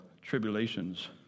tribulations